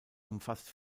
umfasst